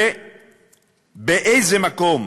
ובאיזה מקום